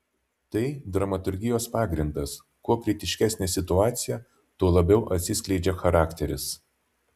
tai dramaturgijos pagrindas kuo kritiškesnė situacija tuo labiau atsiskleidžia charakteris